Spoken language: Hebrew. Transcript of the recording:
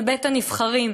בבית-הנבחרים.